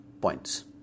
points